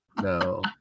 No